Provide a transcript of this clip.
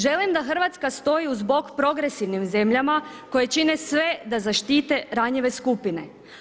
Želim da Hrvatska stoji uz bok progresivnim zemljama koje čine sve da zaštite ranjive skupine.